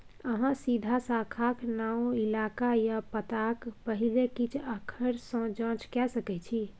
अहाँ सीधा शाखाक नाओ, इलाका या पताक पहिल किछ आखर सँ जाँच कए सकै छी